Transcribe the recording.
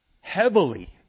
heavily